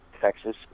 Texas